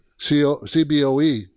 CBOE